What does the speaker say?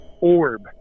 orb